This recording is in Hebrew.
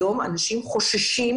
היום אנשים חוששים